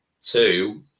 Two